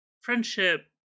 friendship